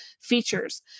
features